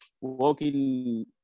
walking